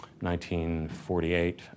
1948